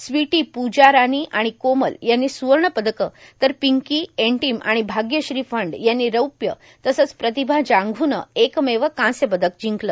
स्वीटां पूजा रानी आाण कोमल यांनी सूवण पदक तर ापंकां एंटिम र्आण भाग्यश्री फंड यांनी रौप्य तसंच प्र्रातभा जांघूनं एकमेव कांस्य पदक जिंकलं